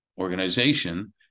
organization